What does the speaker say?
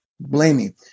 blaming